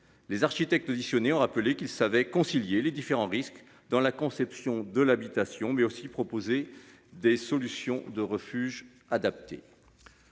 Les architectes auditionnées ont rappelé qu'il savait concilier les différents risques dans la conception de l'habitation mais aussi proposer des solutions de refuge adaptés.